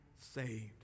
saved